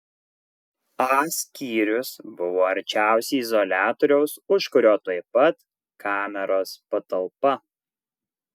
a skyrius buvo arčiausiai izoliatoriaus už kurio tuoj pat kameros patalpa